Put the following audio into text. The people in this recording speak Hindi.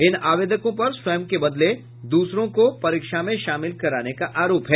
इन आवेदकों पर स्वयं के बदले दूसरे को परीक्षा में शामिल कराने का आरोप है